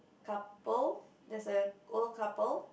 couple there's a old couple